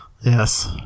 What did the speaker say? Yes